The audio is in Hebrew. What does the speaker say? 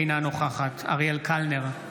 אינה נוכחת אריאל קלנר,